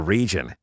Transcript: Region